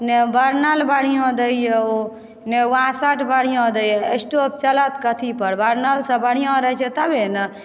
नहि बर्नल बढ़िऑं दै यऽ ओ नहि वासर बढ़िऑं दै यऽ स्टोप चलत कथी पर बर्नल सब बढ़िऑं रहै छै तबे ने